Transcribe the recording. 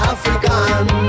African